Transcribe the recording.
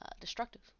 destructive